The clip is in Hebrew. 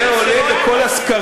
הכול טוב, זה עולה גם בכל הסקרים,